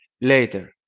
later